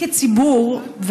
כציבור,